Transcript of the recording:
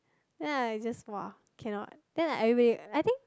then I just [wah] cannot then like everybody I think